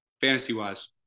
fantasy-wise